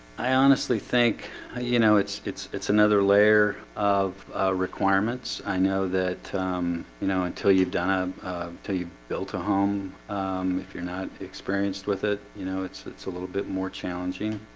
i honestly think ah you know, it's it's it's another layer of requirements i know that you know until you've done a until you built a home if you're not experienced with it, you know, it's it's a little bit more challenging.